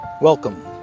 Welcome